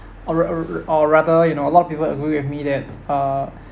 or ra~ ra~ or rather you know a lot of people agree with me that uh